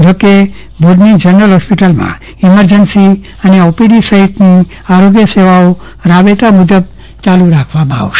જોકે ભુજની જનરલ હોસ્પિટલમાં ઈમરજન્સી અને ઓપીડી સહિતની આરોગ્ય સેવા રાબેતા મુજબ ચાલુ રહેશે